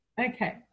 okay